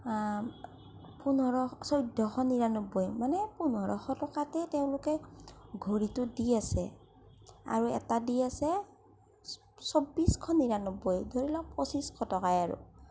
পোন্ধৰশ চৈধ্যশ নিৰান্নবৈ মানে পোন্ধৰশ টকাতে তেওঁলোকে গড়ীটো দি আছে আৰু এটা দি আছে চৌ চৌব্বিছশ নিৰান্নব্বৈ ধৰি লওক পঁচিছশ টকায়েই আৰু